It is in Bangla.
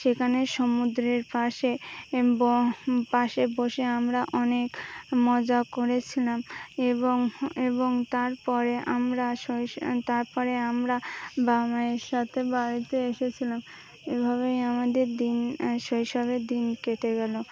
সেখানে সমুদ্রের পাশে পাশে বসে আমরা অনেক মজা করেছিলাম এবং এবং তারপরে আমরা শৈশ তারপরে আমরা বাবায়ের সাথে বাড়িতে এসেছিলাম এভাবেই আমাদের দিন শৈশবে দিন কেটে গেল